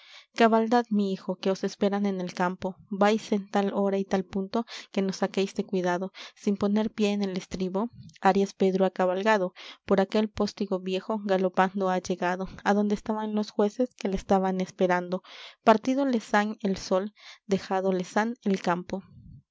cabalgad mi hijo que os esperan en el campo vais en tal hora y tal punto que nos saquéis de cuidado sin poner pié en el estribo arias pedro ha cabalgado por aquel postigo viejo galopando ha llegado adonde estaban los jueces que le estaban esperando partido les han el sol dejado les han el campo